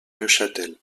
neuchâtel